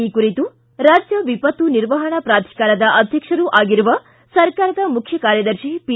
ಈ ಕುರಿತು ರಾಜ್ಯ ವಿಪತ್ತು ನಿರ್ವಹಣಾ ಪ್ರಾಧಿಕಾರದ ಅಧ್ಯಕ್ಷರೂ ಆಗಿರುವ ಸರ್ಕಾರದ ಮುಖ್ಯ ಕಾರ್ಯದರ್ಶಿ ಪಿ